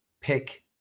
pick